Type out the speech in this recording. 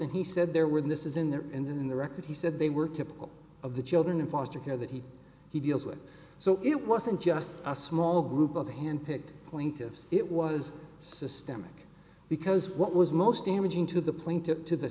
and he said there were this is in there and in the record he said they were typical of the children in foster care that he he deals with so it wasn't just a small group of hand picked plaintiffs it was systemic because what was most damaging to the plane took to the